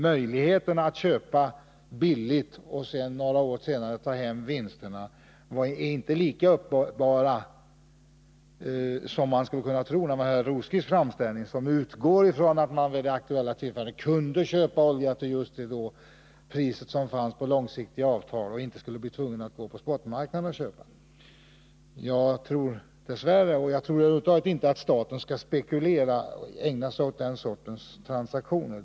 Möjligheterna att köpa billigt och några år senare ta hem vinster är inte lika uppenbara som man skulle kunna tro när man lyssnar till Birger Rosqvists framställning, som utgår från att man vid det aktuella tillfället kunde köpa till just de priser som gällde enligt långsiktiga avtal och inte skulle bli tvungen att gå till spotmarknaden. Jag tycker över huvud taget inte att staten skall spekulera och ägna sig åt den sortens transaktioner.